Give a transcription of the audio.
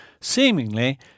seemingly